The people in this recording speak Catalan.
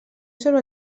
sobre